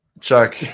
Chuck